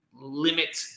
limit